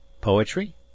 poetry